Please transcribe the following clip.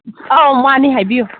ꯑꯧ ꯃꯥꯅꯦ ꯍꯥꯏꯕꯤꯌꯨ